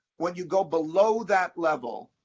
when you go below that level,